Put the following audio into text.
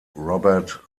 robert